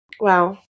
Wow